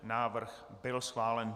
Návrh byl schválen.